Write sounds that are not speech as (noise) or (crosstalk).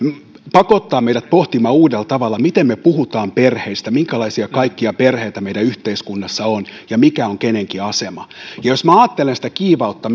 pakottaa meidät pohtimaan uudella tavalla miten me puhumme perheistä minkälaisia kaikkia perheitä meidän yhteiskunnassa on ja mikä on kenenkin asema jos ajattelen sitä kiivautta (unintelligible)